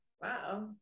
wow